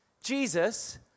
Jesus